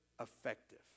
effective